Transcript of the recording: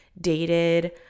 dated